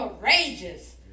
courageous